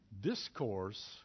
discourse